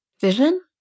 Vision